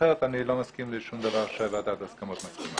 אחרת אני לא מסכים לשום דבר שוועדת ההסכמות מסכימה.